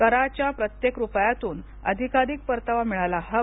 कराच्या प्रत्येक रूपयातून अधिकाधिक परतावा मिळायला हवा